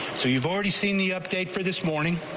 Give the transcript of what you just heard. so you've already seen the update for this morning.